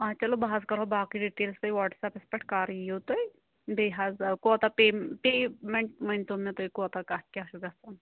چلو بہٕ حظ کرہو باقٕے ڈِٹیٚلٕز تُہۍ واٹٕس اپس پٮ۪ٹھ کر یِیِو تُہۍ بیٚیہِ حظ کوٗتاہ پے پیمٮ۪نٛٹ ؤنتو مےٚ تُہۍ کوٗتاہ کتھ کیٛاہ چھُ گَژھان